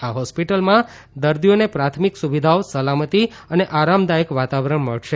આ હોસ્પિટલમાં દર્દીઓને પ્રાથમિક સુવિધાઓ સલામતી અને આરામદાયક વાતાવરણ મળશે